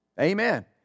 Amen